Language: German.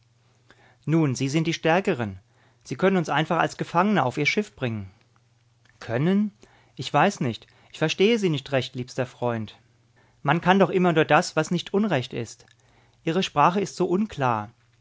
nun sie sind die stärkeren sie können uns einfach als gefangene auf ihr schiff bringen können ich weiß nicht ich verstehe sie nicht recht liebster freund man kann doch immer nur das was nicht unrecht ist ihre sprache ist so unklar